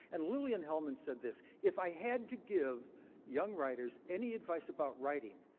and lillian hellman said this. if i had to give young writers any advice about writing,